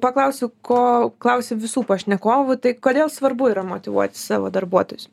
paklausiu ko klausiu visų pašnekovų tai kodėl svarbu yra motyvuoti savo darbuotojus